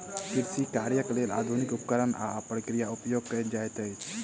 कृषि कार्यक लेल आधुनिक उपकरण आ प्रक्रिया उपयोग कयल जाइत अछि